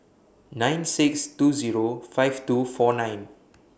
nine six two Zero five two four nine